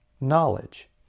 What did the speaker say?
knowledge